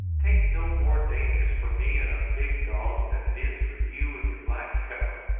tain't no more dangerous for me and a big dog than it is for you and your black fellow.